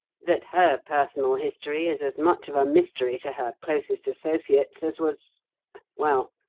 that her personal history is as much of a mystery to her closest associates as was well,